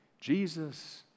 Jesus